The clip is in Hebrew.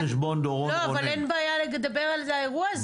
אין בעיה לדבר על האירוע הזה,